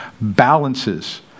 balances